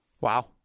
Wow